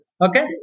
Okay